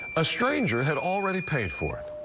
a stranger had already paid for it.